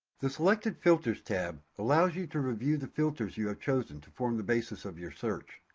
the selected filters tab allows you to review the filters you have chosen to form the basis of your search.